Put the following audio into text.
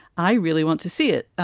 i really want to see it.